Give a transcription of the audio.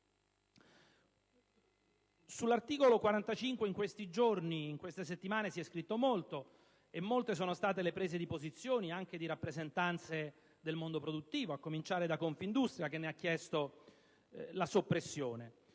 Sull'articolo 45 in queste settimane si e scritto molto e molte sono state le prese di posizione, anche di rappresentanze del mondo produttivo, a cominciare da Confindustria, che ne ha chiesto la soppressione.